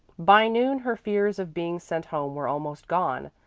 by noon her fears of being sent home were almost gone,